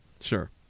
Sure